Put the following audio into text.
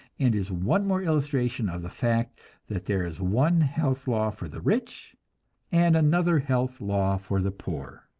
and is one more illustration of the fact that there is one health law for the rich and another health law for the poor.